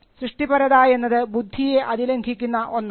സൃഷ്ടിപരത എന്നത് ബുദ്ധിയെ അതിലംഘിക്കുന്ന ഒന്നാണ്